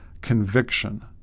conviction